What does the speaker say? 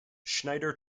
schneider